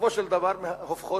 בסופו של דבר, הופכות